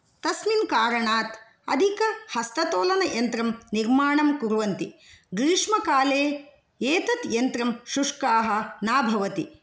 तस्मिन् कारणात् अधिकहस्ततोलनयन्त्रं निर्माणं कुर्वन्ति ग्रीष्मकाले एतत् यन्त्रं शुष्काः न भवति